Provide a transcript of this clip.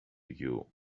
you